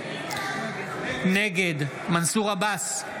נגד מנסור עבאס,